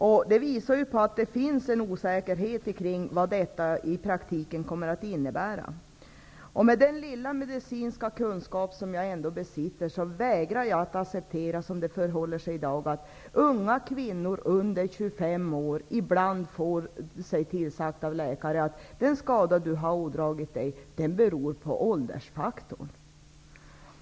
Det här visar på att det finns en osäkerhet kring vad förslaget kommer att innebära i praktiken. Med den lilla medicinska kunskap som jag ändå besitter vägrar jag att acceptera att unga kvinnor under 25 år ibland får veta av läkare att den skada de har ådragit sig beror på åldersfaktorn.